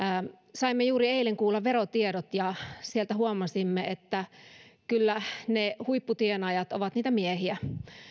saimme juuri eilen kuulla verotiedot ja sieltä huomasimme että kyllä ne huipputienaajat ovat niitä miehiä